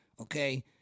Okay